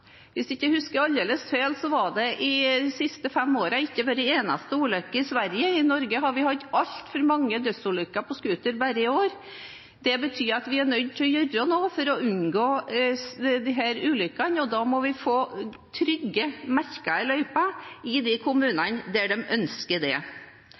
Hvis jeg ikke husker aldeles feil, har det de siste fem årene ikke vært en eneste ulykke i Sverige. I Norge har vi hatt altfor mange dødsulykker med scooter bare i år. Det betyr at vi er nødt til å gjøre noe for å unngå disse ulykkene, og da må vi få trygge, merkede løyper i de kommunene der de ønsker det.